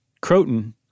Croton